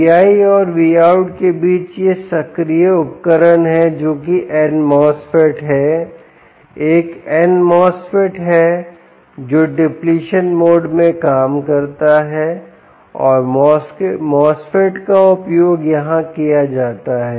V¿और Vout के बीच यह सक्रिय उपकरण है जो कि n MOSFET है एक n MOSFET है जो डीप्लेक्शन मोड में काम करता है और MOSFET का उपयोग यहां किया जाता है